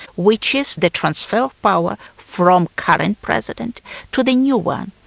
which is the transfer of power from current president to the new one.